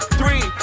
three